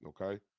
Okay